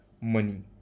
money